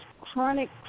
chronic